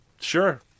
sure